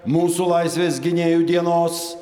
mūsų laisvės gynėjų dienos